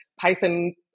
Python